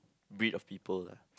breed of people lah